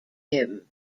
him